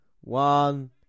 One